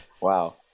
wow